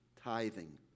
tithing